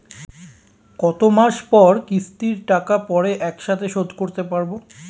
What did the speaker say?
কত মাস পর কিস্তির টাকা পড়ে একসাথে শোধ করতে পারবো?